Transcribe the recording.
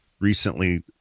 recently